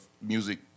music